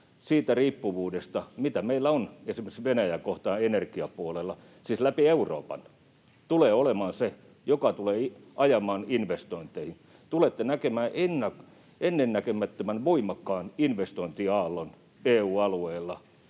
siitä riippuvuudesta, mitä meillä on esimerkiksi Venäjää kohtaan energiapuolella, siis läpi Euroopan, tulee olemaan se, joka tulee ajamaan investointeihin. Tulette näkemään ennennäkemättömän voimakkaan investointiaallon EU-alueilla